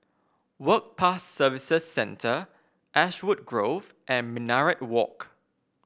Work Pass Services Centre Ashwood Grove and Minaret Walk